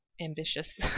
ambitious